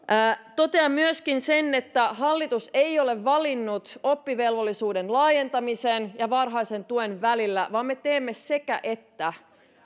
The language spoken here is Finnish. totean myöskin sen että hallitus ei ole valinnut oppivelvollisuuden laajentamisen ja varhaisen tuen välillä vaan me teemme sekä että